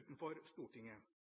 utenfor Stortinget.